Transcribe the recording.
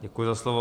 Děkuji za slovo.